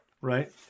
right